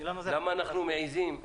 למה אנחנו מעיזים.